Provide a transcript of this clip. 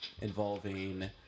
involving